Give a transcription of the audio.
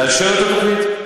לאשר את התוכנית.